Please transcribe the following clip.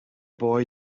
boy